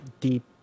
deep